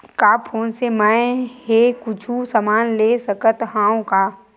का फोन से मै हे कुछु समान ले सकत हाव का?